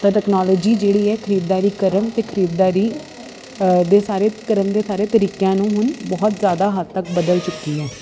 ਤਾਂ ਟੈਕਨੋਲੋਜੀ ਜਿਹੜੀ ਹੈ ਖਰੀਦਦਾਰੀ ਕਰਨ ਅਤੇ ਖਰੀਦਦਾਰੀ ਦੇ ਸਾਰੇ ਕਰਨ ਦੇ ਸਾਰੇ ਤਰੀਕਿਆਂ ਨੂੰ ਹੁਣ ਬਹੁਤ ਜ਼ਿਆਦਾ ਹੱਦ ਤੱਕ ਬਦਲ ਚੁੱਕੀ ਹੈ